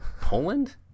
Poland